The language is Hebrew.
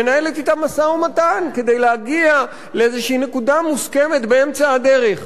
מנהלת אתם משא-ומתן כדי להגיע לאיזו נקודה מוסכמת באמצע הדרך.